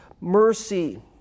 mercy